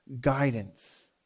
guidance